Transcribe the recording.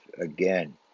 again